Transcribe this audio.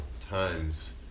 times